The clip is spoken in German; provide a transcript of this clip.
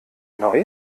neu